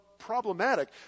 problematic